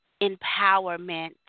Empowerment